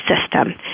system